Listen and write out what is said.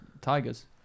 tigers